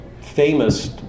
famous